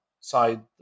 side